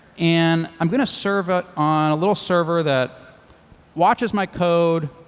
and i'm going to serve it on a little server that watches my code,